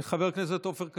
חבר הכנסת עופר כסיף.